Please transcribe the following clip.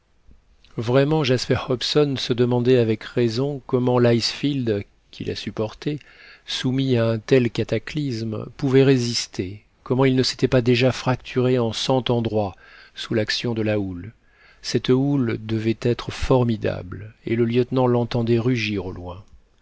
vraiment jasper hobson se demandait avec raison comment l'icefield qui la supportait soumis à un tel cataclysme pouvait résister comment il ne s'était pas déjà fracturé en cent endroits sous l'action de la houle cette houle devait être formidable et le lieutenant l'entendait rugir au loin